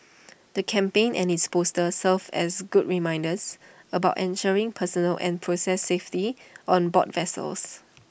the campaign and its posters serve as good reminders about ensuring personal and process safety on board vessels